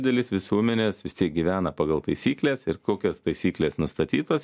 dalis visuomenės vis tiek gyvena pagal taisykles ir kokios taisyklės nustatytos